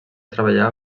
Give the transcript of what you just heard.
treballar